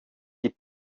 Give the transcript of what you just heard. die